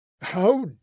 How